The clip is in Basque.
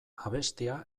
abestia